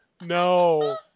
No